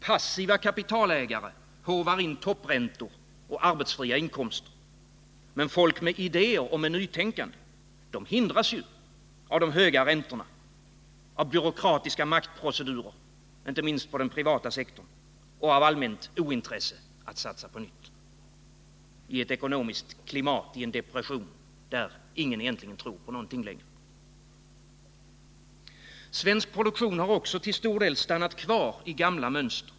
Passiva kapitalägare håvar in toppräntor och andra arbetsfria inkomster, men folk med idéer och nytänkande hindras av höga räntor, av byråkratiska maktprocedurer — inte minst på den privata sektorn — och av allmänt ointresse av att satsa på nytt i ett ekonomiskt klimat där ingen egentligen tror på någonting längre. Svensk produktion har till stor del stannat kvar i gamla mönster.